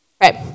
right